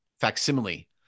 facsimile